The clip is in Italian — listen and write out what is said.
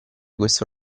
questo